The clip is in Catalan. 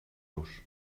los